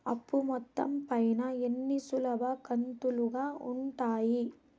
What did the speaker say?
అప్పు మొత్తం పైన ఎన్ని సులభ కంతులుగా ఉంటాయి?